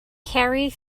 carrie